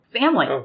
family